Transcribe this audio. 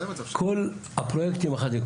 כל הפרויקטים החדשים,.